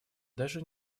даже